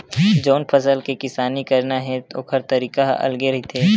जउन फसल के किसानी करना हे ओखर तरीका ह अलगे रहिथे